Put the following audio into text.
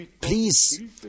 please